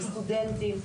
לסטודנטים,